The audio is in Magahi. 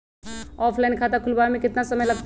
ऑफलाइन खाता खुलबाबे में केतना समय लगतई?